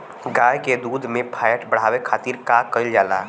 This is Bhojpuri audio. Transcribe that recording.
गाय के दूध में फैट बढ़ावे खातिर का कइल जाला?